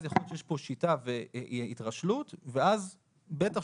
אז יכול להיות שיש כאן שיטה והתרשלות ואז צריך